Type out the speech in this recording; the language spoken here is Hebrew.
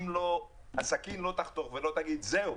בסופו של דבר אם הסכין לא תחתוך ולא תגיד: זהו,